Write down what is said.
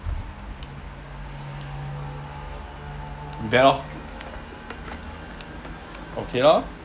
rebel okay lor